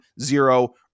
zero